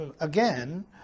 again